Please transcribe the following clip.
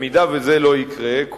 אם זה לא יקרה,